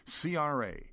CRA